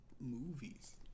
movies